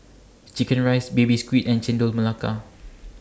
Chicken Rice Baby Squid and Chendol Melaka